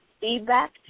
feedback